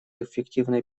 эффективной